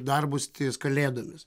darbus ties kalėdomis